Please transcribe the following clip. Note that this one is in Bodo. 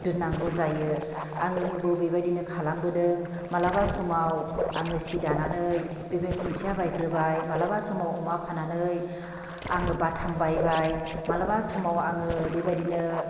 दोननांगौ जायो आंबो बेबायदिनो खालामबोदों मालाबा समाव आङो सि दानानै बेबायदिनो खुन्थिया बायग्रोबाय मालाबा समाव अमा फाननानै आङो बाथाम बायबाय मालाबा समाव आङो बेबायदिनो